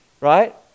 Right